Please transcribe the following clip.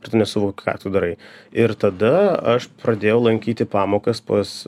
ir tu nesuvoki ką tu darai ir tada aš pradėjau lankyti pamokas pas